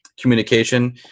communication